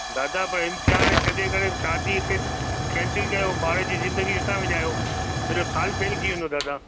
दादा पर इम्तिहान छॾे करे शादी खे कैंसिल कयो ॿार जी ज़िंदगी छो था विञायो सॼो सालु फ़ेल थी वेंदो दादा